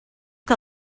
que